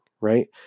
right